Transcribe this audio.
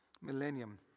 Millennium